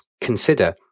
consider